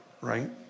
right